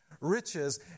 riches